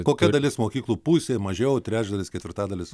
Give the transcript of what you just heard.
kokia dalis mokyklų pusė mažiau trečdalis ketvirtadalis